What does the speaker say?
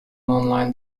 online